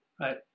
right